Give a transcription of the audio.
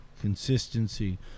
consistency